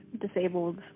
disabled